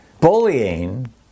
bullying